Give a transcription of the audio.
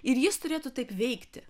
ir jis turėtų taip veikti